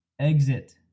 exit